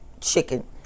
chicken